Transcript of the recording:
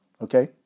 okay